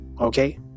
Okay